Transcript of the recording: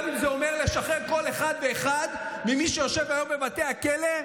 גם אם זה אומר לשחרר כל אחד ואחד ממי שיושב היום בבתי הכלא.